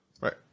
Right